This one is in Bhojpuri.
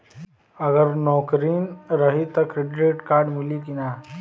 अगर नौकरीन रही त क्रेडिट कार्ड मिली कि ना?